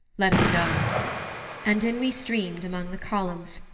let us go and in we streamed among the columns,